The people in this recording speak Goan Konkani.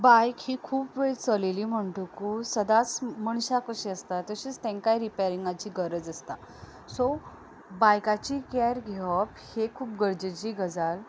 बायक ही खूब वेळ चलयली म्हणटकू सदांच मनशां कशीं आसता तशींच तेंकाय रिपेंरिगांचीं गरज आसता सो बायकाची कॅर घेवप ही खूब गरजेची गजाल